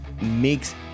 makes